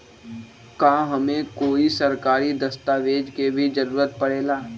का हमे कोई सरकारी दस्तावेज के भी जरूरत परे ला?